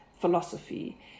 philosophy